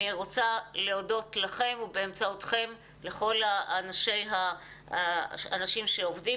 אני רוצה להודות לכם ובאמצעותכם לכל אנשים שעובדים